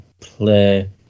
play